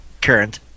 current